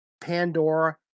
Pandora